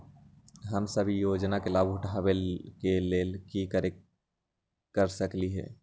हम सब ई योजना के लाभ उठावे के लेल की कर सकलि ह?